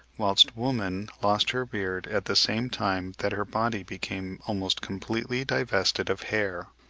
whilst woman lost her beard at the same time that her body became almost completely divested of hair.